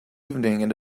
evening